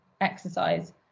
exercise